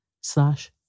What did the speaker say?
slash